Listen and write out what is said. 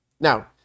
Now